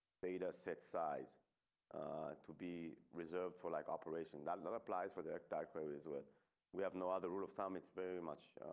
data set size to be reserved for like operation that and applies for the dark web is where we have no other rule of thumb. it's very much